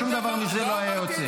שום דבר מזה לא היה יוצא.